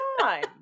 time